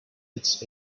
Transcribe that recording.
its